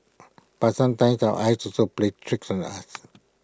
but sometimes our eyes also plays tricks on us